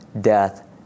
death